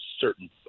certain